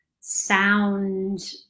sound